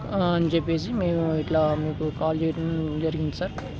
అని చెప్పేసి మేము ఇట్లా మీకు కాల్ చేయడం జరిగింది సార్